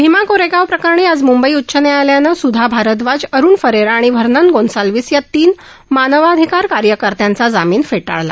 भीमा कोरेगाव प्रकरणी आज मुंबई उच्च न्यायालयानं सुधा भारदवाज अरुण फरेरा आणि व्हर्नन गोन्साल्विस या तीन मानवाधिकार कार्यकर्त्यांचा जामीन फेटाळूला